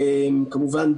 כמובן,